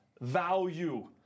value